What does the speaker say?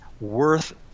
worth